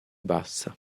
bassa